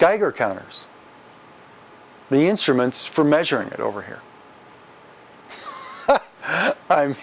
geiger counters the instruments for measuring it over here